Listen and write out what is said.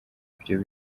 ibyo